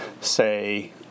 say